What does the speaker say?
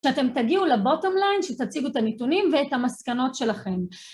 כשאתם תגיעו לבוטום ליין שתציגו את הנתונים ואת המסקנות שלכם.